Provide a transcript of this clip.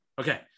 Okay